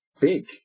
big